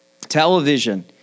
television